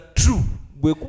true